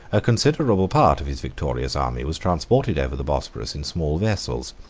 a considerable part of his victorious army was transported over the bosphorus in small vessels,